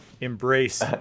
embrace